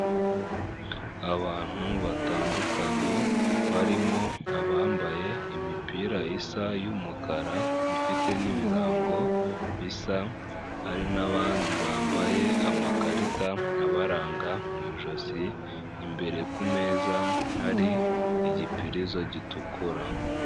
Abantu batandukanye barimo abambaye imipira isa y'umukara ifite n'ibirango bisa, hari n'abandi bambaye amakarita n'abaranga mu ijosi, imbere ku meza hari igipurizo gitukura.